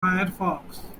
firefox